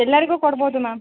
ಎಲ್ಲರಿಗು ಕೊಡ್ಬೋದು ಮ್ಯಾಮ್